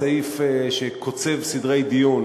הסעיף שקוצב סדרי דיון,